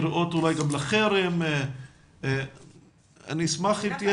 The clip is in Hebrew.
אולי קריאות לחרם ואני אשמח אם תהיה